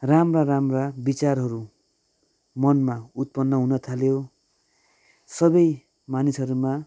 राम्रा राम्रा विचारहरू मनमा उत्पन्न हुन थाल्यो सबै मानिसहरूमा